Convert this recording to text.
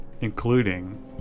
including